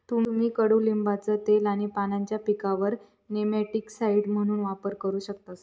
तुम्ही कडुलिंबाचा तेल आणि पानांचा पिकांवर नेमॅटिकसाइड म्हणून वापर करू शकतास